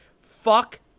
Fuck